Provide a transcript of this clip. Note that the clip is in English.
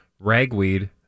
Ragweed